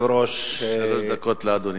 שלוש דקות לאדוני.